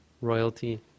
royalty